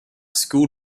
school